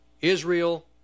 israel